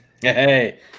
Hey